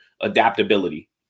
adaptability